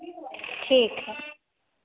ठीक है